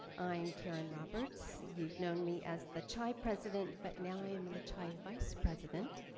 i'm karen roberts. you've known me as the chi president but now i am in the chi vice president,